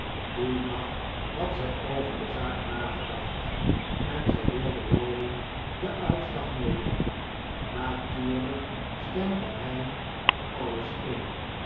dien nacht had zij over de zaak nagedacht en zij decide rawdon den uitslag mede natuurlijk stemde hij met alles in